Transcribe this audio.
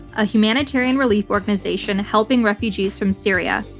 a humanitarian relief organization helping refugees from syria.